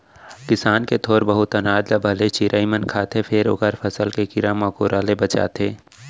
किसान के थोर बहुत अनाज ल भले चिरई मन खाथे फेर ओखर फसल के कीरा मकोरा ले बचाथे